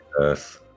yes